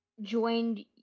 joined